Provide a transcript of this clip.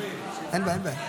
אין בעיה, אין בעיה,